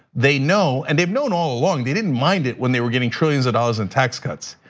they know and they've known all along. they didn't mind it when they were getting trillions of dollars in tax cuts,